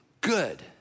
good